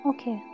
Okay